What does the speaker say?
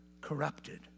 corrupted